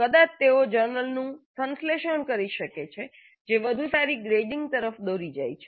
કદાચ તેઓ જર્નલનું સંશ્લેષણ કરી શકે છે જે વધુ સારી ગ્રેડિંગ તરફ દોરી જાય છે